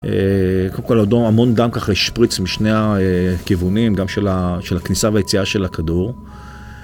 קודם כל המון דם ככה השפריץ משני הכיוונים, גם של הכניסה והיציאה של הכדור